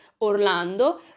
Orlando